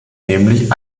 nämlich